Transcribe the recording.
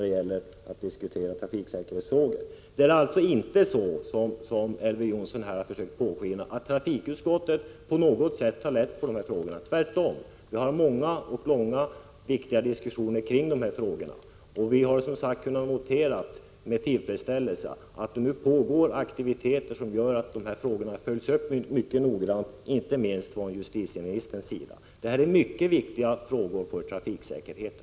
Det är alltså inte så som Elver Jonsson låter påskina, att trafikutskottet på något sätt tar lätt på de här frågorna. Vi har tvärtom många, långa och viktiga diskussioner kring dessa frågor, och vi har som sagt kunnat notera med tillfredsställelse att det pågår aktiviteter som innebär att frågorna följs upp noggrant inte minst från justitieministerns sida. Detta är mycket viktiga frågor för trafiksäkerheten.